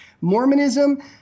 Mormonism